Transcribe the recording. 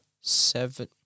seven